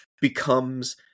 becomes